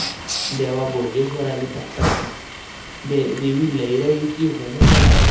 देवा बोडगेश्वराली जात्रा दे देवी लईराइची होमखणां